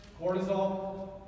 Cortisol